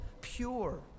pure